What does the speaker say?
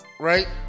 Right